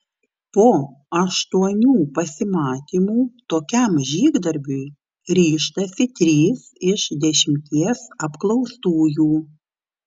po aštuonių pasimatymų tokiam žygdarbiui ryžtasi trys iš dešimties apklaustųjų